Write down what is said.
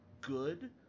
good